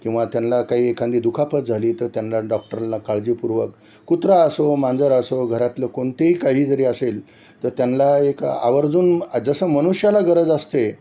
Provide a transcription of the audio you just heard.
किंवा त्यांला काही एखादी दुखापत झाली तर त्यांला डॉक्टरांला काळजीपूर्वक कुत्रा असो मांजर असो घरातलं कोणतेही काही जरी असेल तर त्यांला एक आवर्जून जसं मनुष्याला गरज असते